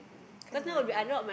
can't remember